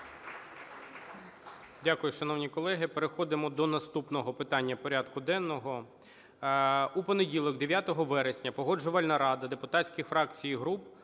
Дякую, шановні колеги. Переходимо до наступного питання порядку денного. У понеділок 9 вересня Погоджувальна рада депутатських фракцій і груп